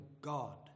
God